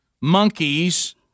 monkeys